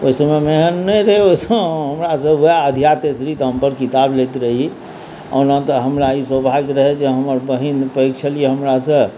ओहि समयमे एहन नहि रहै ओहि समयमे हमरासब वएह अधिया तेसरी दामपर किताब लैत रही ओना तऽ हमरा ई सौभाग्य रहै जे हमर बहिन पैघ छली हमरासँ